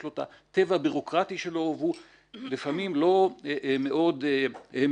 יש לו את הטבע הביורוקרטי שלו והוא לפעמים לא מאוד מקבל,